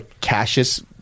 Cassius